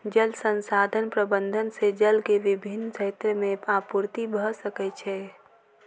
जल संसाधन प्रबंधन से जल के विभिन क्षेत्र में आपूर्ति भअ सकै छै